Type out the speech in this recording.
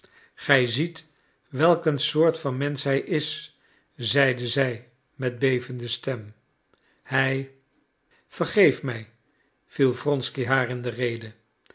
gij ziet welk een soort van mensch hij is zeide zij met bevende stem hij vergeef mij viel wronsky haar in de rede